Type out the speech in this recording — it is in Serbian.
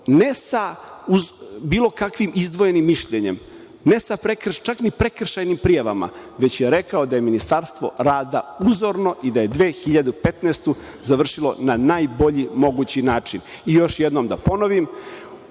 sa bilo kakvim izdvojenim mišljenjem, čak ni prekršajnim prijavama, već je rekao da je Ministarstvo rada uzorno, i da je 2015. godinu završilo na najbolji mogući način. Još jednom da ponovim,